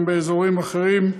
גם באזורים אחרים,